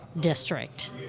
district